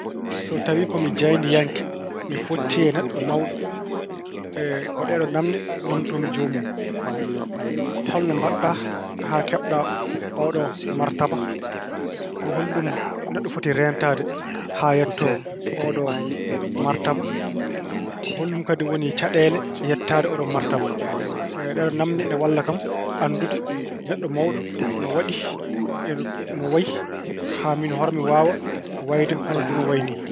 So tawi ko jaayndeyanke, mi fottii e neɗɗo mawɗo, ko ɗeeɗoo naamne, naamnotoo-mi joomum: Holno mbaɗa haa keɓɗaa oɗoo martaba? Ko hollum neɗɗo foti reentaade haa yettoo oɗo martaba? Ko hollum kadi woni caɗeele yettaade oɗo martaba? Ɗeeɗoo naamne ina mballa kam anndude neɗɗo mawɗo no waɗi, no wayi haa miin hoore am mi waawa wayde hono joomum wayi ni.